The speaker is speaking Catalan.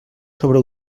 sobre